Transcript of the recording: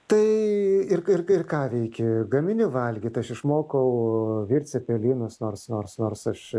tai ir ir ir ką veiki gamini valgyt aš išmokau virt cepelinus nors nors nors aš